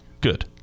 Good